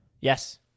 Yes